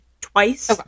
twice